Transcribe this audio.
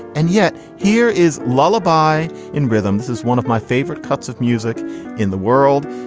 and yet here is lullaby in rhythm. this is one of my favorite cuts of music in the world.